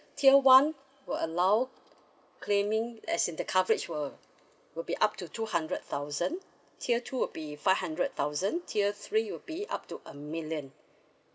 tier one will allow claiming as in the coverage will will be up to two hundred thousand tier two will be five hundred thousand tier three will be up to a million